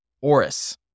Oris